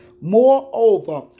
Moreover